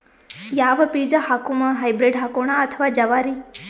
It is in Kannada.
ಯಾವ ಬೀಜ ಹಾಕುಮ, ಹೈಬ್ರಿಡ್ ಹಾಕೋಣ ಅಥವಾ ಜವಾರಿ?